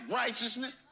righteousness